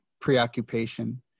preoccupation